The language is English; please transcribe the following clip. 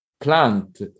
plant